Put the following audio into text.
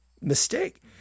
mistake